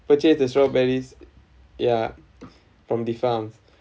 purchase the strawberries ya from the farm